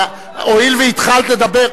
נא, הואיל והתחלת לדבר,